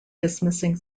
dismissing